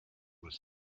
was